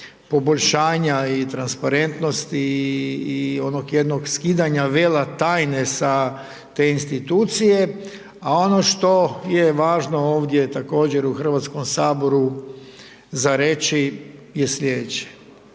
poboljšanja i transparentnosti i onog jednog skidanja vela tajne sa te institucije, a ono što je važno ovdje također u HS za reći je sljedeće.